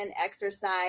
exercise